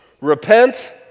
repent